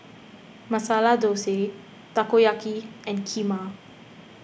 Masala Dosa Takoyaki and Kheema